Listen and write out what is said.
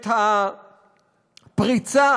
את הפריצה